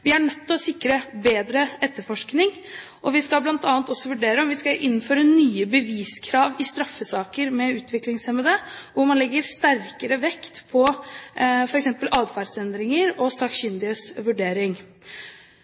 Vi er nødt til å sikre bedre etterforskning, og vi skal bl.a. også vurdere om vi skal innføre nye beviskrav i straffesaker med utviklingshemmede, hvor man legger sterkere vekt på f.eks. atferdsendringer og sakkyndiges vurdering.